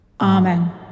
Amen